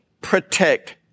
protect